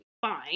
fine